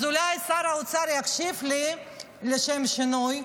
אז אולי שר האוצר יקשיב לי לשם שינוי,